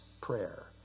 prayer